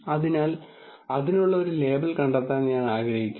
അതിനാൽ അതിനുള്ള ഒരു ലേബൽ കണ്ടെത്താൻ ഞാൻ ആഗ്രഹിക്കുന്നു